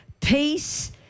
Peace